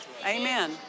Amen